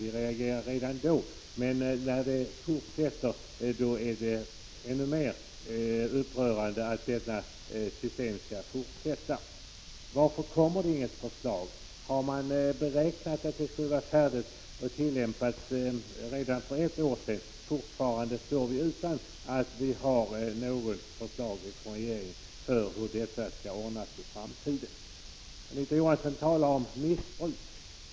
Vi reagerade redan då, men när det fortsätter är det ännu mer upprörande. Varför kommer det inget förslag? Beräknade man att förslaget skulle vara färdigt för tillämpning redan för ett år sedan? Fortfarande saknar vi ett förslag från regeringen om hur det skall bli i framtiden. Anita Johansson talade om missbruk.